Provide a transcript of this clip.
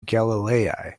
galilei